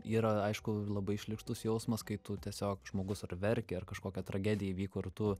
yra aišku labai šlykštus jausmas kai tu tiesiog žmogus ar verkia ar kažkokia tragedija įvyko ir tu